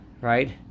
right